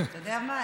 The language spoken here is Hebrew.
אתה יודע מה?